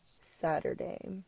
Saturday